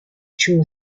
true